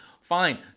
Fine